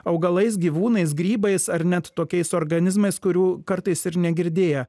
augalais gyvūnais grybais ar net tokiais organizmais kurių kartais ir negirdėję